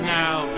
now